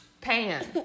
Pan